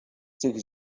цих